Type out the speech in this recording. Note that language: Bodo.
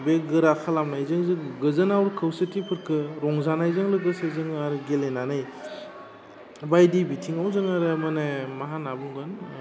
बे गोरा खालामनायजों जों गोजोनाव खौसेथिफोरखो रंजनायजों लोगोसे जोङो आरो गेलेनानै बायदि बिथिङाव जोङो आरो माने मा होनना बुंगोन